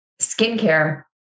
skincare